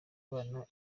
abana